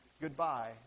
goodbye